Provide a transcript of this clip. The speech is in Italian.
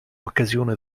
occasione